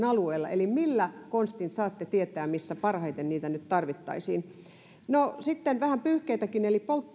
alueilla millä konstein saatte tietää missä parhaiten niitä nyt tarvittaisiin sitten vähän pyyhkeitäkin